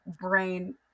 brain